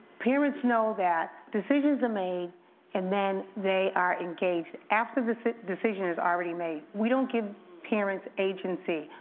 parents know that decisions are made and then they are engaged after this decision is already made. we don't give parents agency.